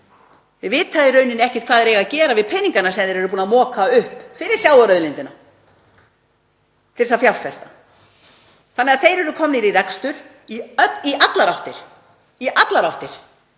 Þau vita í rauninni ekkert hvað þau eiga að gera við peningana sem þau eru búin að moka upp fyrir sjávarauðlindina til þess að fjárfesta þannig að þau eru komin í rekstur í allar áttir;